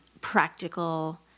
practical